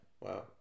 Wow